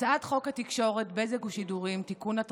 הצעת חוק התקשורת (בזק ושידורים) (תיקון,